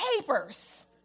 papers